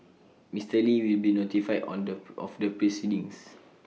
Mister li will be notified on the of the proceedings